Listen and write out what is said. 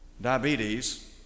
diabetes